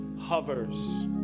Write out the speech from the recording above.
hovers